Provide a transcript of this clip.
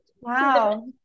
Wow